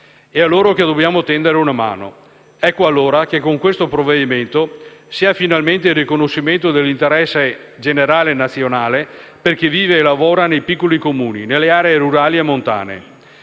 È a loro che dobbiamo tendere una mano. Ecco, allora, che con questo provvedimento si ha finalmente il riconoscimento dell'interesse generale nazionale per chi vive e lavora nei piccoli Comuni, nelle aree rurali e montane.